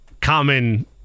common